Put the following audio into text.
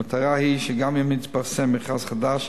המטרה היא שגם אם יתפרסם מכרז חדש,